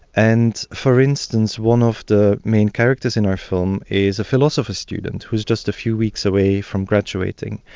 and for instance, one of the main characters in our film is a philosophy student who is just a few weeks away from graduating.